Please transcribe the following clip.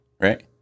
right